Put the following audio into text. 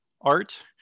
art